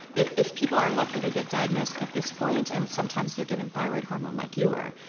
if people are lucky, they get diagnosed at this point and sometimes they're given thyroid hormone like you were.